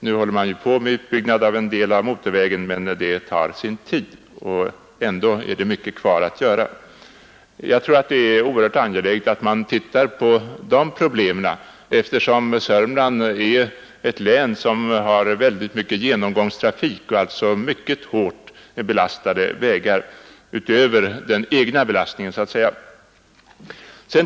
Nu håller man där på med en utbyggnad av en del av motorvägen, men det arbetet tar sin tid, och även när det är färdigt återstår mycket att göra. Det är mycket angeläget att man ser över vägproblemen, eftersom Södermanland är ett län med oerhört stark genomgångstrafik och på grund därav mycket hårt belastade vägar utöver den så att säga egna trafiken.